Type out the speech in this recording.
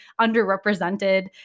underrepresented